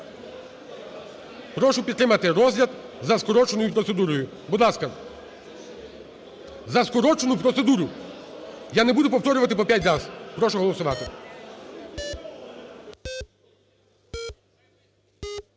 Прошу підтримати розгляд за скороченою процедурою. Будь ласка. За скорочену процедуру. Я не буду повторювати по п'ять раз. Прошу голосувати.